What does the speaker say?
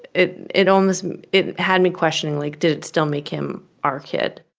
it it almost it had me questioning, like, did it still make him our kid?